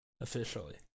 Officially